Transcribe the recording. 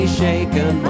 shaken